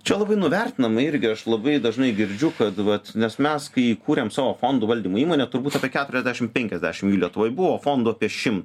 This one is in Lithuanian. čia labai nuvertinama irgi aš labai dažnai girdžiu kad vat nes mes kai įkūrėm savo fondų valdymo įmonę turbūt apie keturiasdešimt penkiasdešimt jų lietuvoj buvo fondų apie šimtą